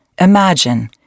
Imagine